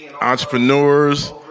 Entrepreneurs